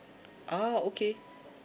ah okay